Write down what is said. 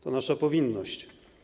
To nasza powinność.